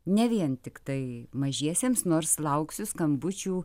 ne vien tiktai mažiesiems nors lauksiu skambučių